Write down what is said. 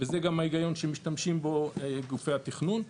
וזה גם ההיגיון שמשתמשים בו גופי התכנון.